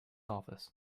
office